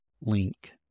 link